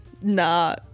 nah